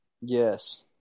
Yes